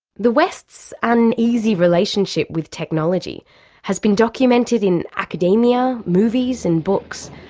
the west's uneasy relationship with technology has been documented in academia, movies and books,